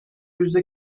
yüzde